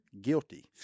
guilty